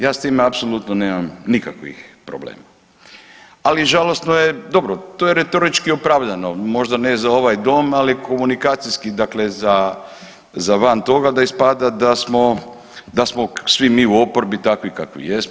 Ja s time apsolutno nemam nikakvih problema, ali žalosno je, dobro to je retorički opravdano, možda ne za ovaj dom ali komunikacijski, dakle za van toga da ispada da smo svi mi u oporbi takvi kakvi jesmo.